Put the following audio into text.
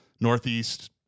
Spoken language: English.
northeast